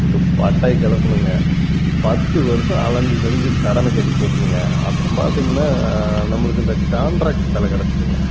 போட்டு பட்டையை கிளப்புனங்க பத்து வருஷம் அலைஞ்சி திரிஞ்சு கடனை கட்டிப்போட்டேனுங்க அப்புறம் பார்த்திங்கன்னா நம்மளுக்கு இந்த கான்ட்ராக்ட்டு வேலை கிடச்சிதுங்க